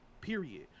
Period